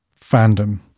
fandom